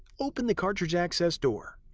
open the cartridge access door.